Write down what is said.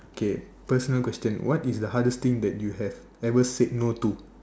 okay personal question what is the hardest thing that you have ever said no to